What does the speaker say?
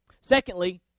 Secondly